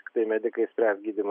tiktai medikai spręs gydymo